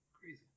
Crazy